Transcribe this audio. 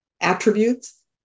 attributes